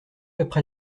après